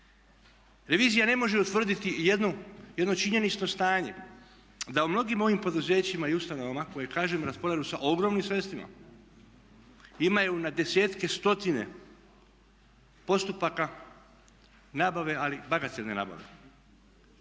Revizija ne može utvrditi jedno činjenično stanje, da u mnogim ovim poduzećima i ustanovama koje kažemo raspolažu ogromnim sredstvima imaju na desetke, stotine postupaka nabave, ali bagatelne nabave